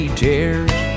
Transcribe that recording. tears